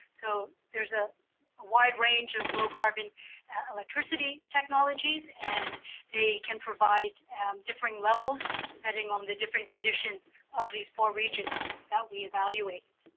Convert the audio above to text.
so, there's a wide range of low carbon electricity technologies and they can provide different levels starting on the different condition of these four regions that we evaluate.